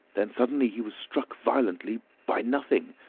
then suddenly he was struck violently. by nothing!